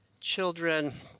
children